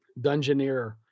dungeoneer